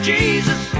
Jesus